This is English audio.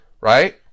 Right